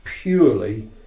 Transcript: purely